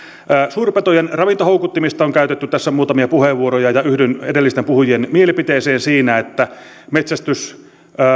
suurpetojen ravintohoukuttimista on käytetty tässä muutamia puheenvuoroja ja yhdyn edellisten puhujien mielipiteeseen siinä että metsästys